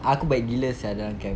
aku baik gila sia dalam camp